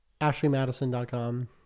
AshleyMadison.com